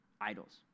idols